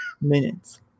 Minutes